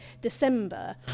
December